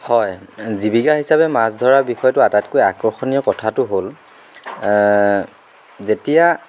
হয় জীৱিকা হিচাপে মাছ ধৰা বিষয়টো আটাইতকৈ আকৰ্ষণীয় কথাটো হ'ল যেতিয়া